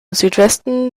südwesten